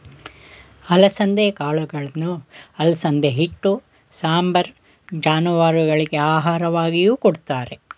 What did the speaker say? ಅಲಸಂದೆ ಕಾಳುಗಳನ್ನು ಅಲಸಂದೆ ಹಿಟ್ಟು, ಸಾಂಬಾರ್, ಜಾನುವಾರುಗಳಿಗೆ ಆಹಾರವಾಗಿಯೂ ಕೊಡುತ್ತಾರೆ